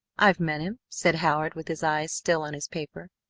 i've met him, said howard with his eyes still on his paper.